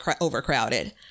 overcrowded